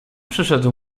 przyszedł